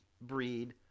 breed